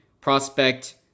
prospect